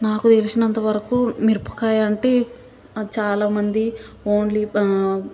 నాకు తెలిసినంత వరకు మిరపకాయంటే అది చాలా మంది ఓన్లీ